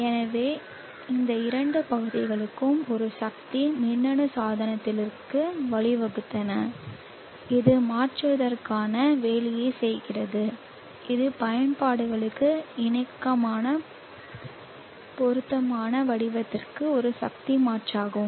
எனவே இந்த இரண்டு பகுதிகளும் ஒரு சக்தி மின்னணு சாதனத்திற்கு வழிவகுத்தன இது மாற்றுவதற்கான வேலையைச் செய்கிறது இது பயன்பாடுகளுக்கு இணக்கமான பொருத்தமான வடிவத்திற்கு ஒரு சக்தி மாற்றமாகும்